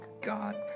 God